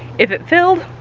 if it filled,